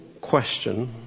question